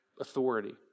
authority